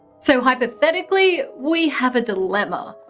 so hypothetically, we have a dilemma.